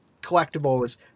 collectibles